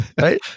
right